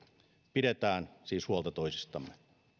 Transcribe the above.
pidetään siis huolta toisistamme